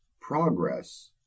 progress